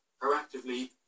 proactively